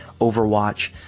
Overwatch